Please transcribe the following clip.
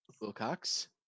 Wilcox